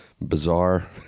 bizarre